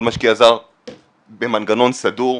כל משקיע זר במנגנון סדור.